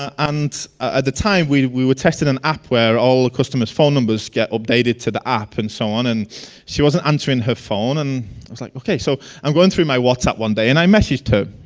and at the time we we were testing an app where all customers phone numbers get updated to the app and so on and she wasn't answering her phone. and like so i'm going through my whatsup one day and i messaged her.